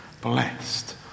blessed